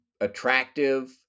attractive